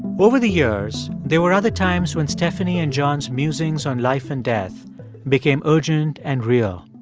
over the years, there were other times when stephanie and john's musings on life and death became urgent and real.